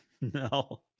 No